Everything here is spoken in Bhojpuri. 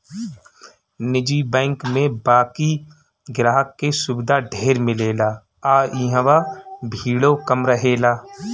निजी बैंक में बाकि ग्राहक के सुविधा ढेर मिलेला आ इहवा भीड़ो कम रहेला